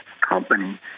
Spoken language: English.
company